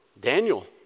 Daniel